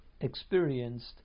experienced